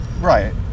Right